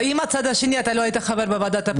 עם הצד השני אתה לא היית חבר בוועדה לבחירת שופטים.